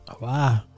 Wow